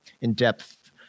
in-depth